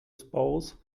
spouse